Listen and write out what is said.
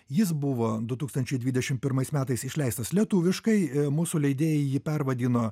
jis buvo du tūkstančiai dvidešim pirmais metais išleistas lietuviškai mūsų leidėjai jį pervadino